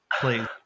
please